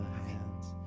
hands